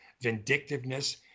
vindictiveness